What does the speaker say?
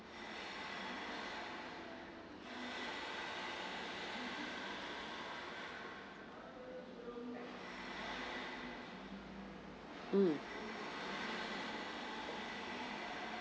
mm